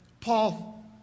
Paul